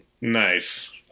nice